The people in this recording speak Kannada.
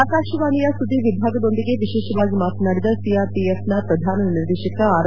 ಆಕಾಶವಾಣಿಯ ಸುದ್ದಿವಿಭಾಗದೊಂದಿಗೆ ವಿಶೇಷವಾಗಿ ಮಾತನಾಡಿದ ಸಿಆರ್ಪಿಎಫ್ನ ಪ್ರಧಾನ ನಿರ್ದೇಶಕ ಆರ್